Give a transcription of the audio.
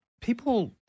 people